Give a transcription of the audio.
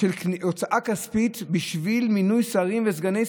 להוצאה כספית בשביל מינוי שרים וסגני שרים,